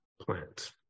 plant